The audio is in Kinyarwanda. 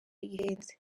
ihenze